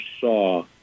saw